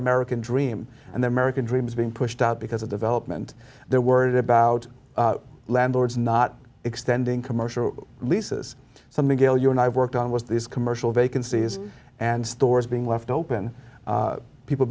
american dream and the american dream is being pushed out because of development they're worried about landlords not extending commercial leases something gayle you and i worked on was this commercial vacancies and stores being left open people